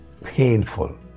painful